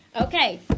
Okay